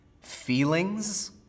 Feelings